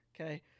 okay